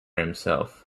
himself